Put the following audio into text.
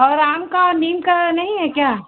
और आम का और नीम का नहीं है क्या